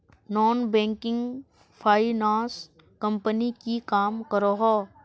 Non banking finance company की काम करोहो?